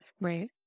right